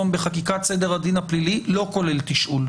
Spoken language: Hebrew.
בחקיקת סדר הדין הפלילי לא כולל תשאול.